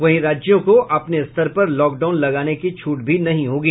वहीं राज्यों को अपने स्तर पर लॉकडाउन लगाने की छूट भी नहीं होगी